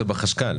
זה בחשכ"ל,